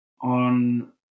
on